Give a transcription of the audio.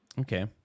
Okay